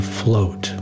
float